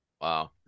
Wow